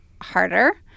harder